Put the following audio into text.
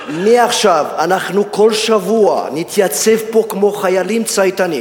מעכשיו אנחנו כל שבוע נתייצב פה כמו חיילים צייתנים